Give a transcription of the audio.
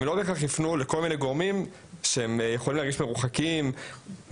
הם לא מיד יפנו לכל מיני גורמים שהם אולי עשויים להרגיש מרוחקים מהם,